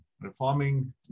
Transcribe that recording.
reforming